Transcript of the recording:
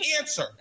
answer